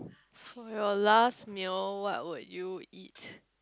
for you last meal what would you eat